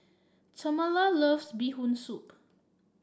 Tamela loves Bee Hoon Soup